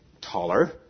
taller